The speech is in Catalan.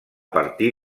partir